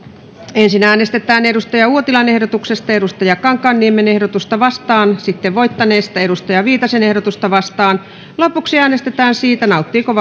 ensin äänestetään kari uotilan ehdotuksesta toimi kankaanniemen ehdotusta vastaan sitten voittaneesta pia viitasen ehdotusta vastaan lopuksi äänestetään siitä nauttiiko